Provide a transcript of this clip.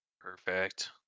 Perfect